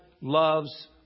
loves